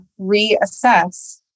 reassess